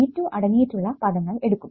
V2 അടങ്ങിയിട്ടുള്ള പദങ്ങൾ എടുക്കും